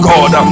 God